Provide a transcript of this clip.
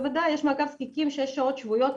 יש שם מעקב זקיקים, יש שש שעות שבועיות.